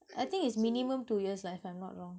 I think it's minimum two years like if I'm not wrong